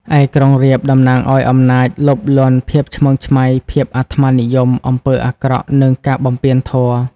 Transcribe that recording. ឯក្រុងរាពណ៍ តំណាងឱ្យ អំណាច លោភលន់ ភាពឆ្មើងឆ្មៃ ភាពអាត្មានិយម អំពើអាក្រក់ និងការបំពានធម៌ ។